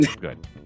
Good